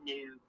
New